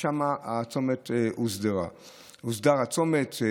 ושם הוסדר הצומת,